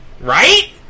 Right